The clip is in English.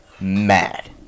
mad